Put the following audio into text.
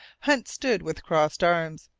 hunt stood with crossed arms,